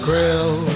Grill